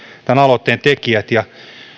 tämän aloitteen tekijät ja